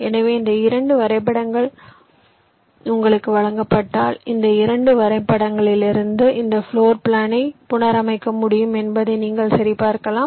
எனவே இந்த இரண்டு வரைபடங்கள் உங்களுக்கு வழங்கப்பட்டால் இந்த இரண்டு வரைபடங்களிலிருந்து இந்த பிளோர் பிளானை புனரமைக்க முடியும் என்பதை நீங்கள் சரிபார்க்கலாம்